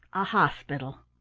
a hospital.